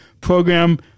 program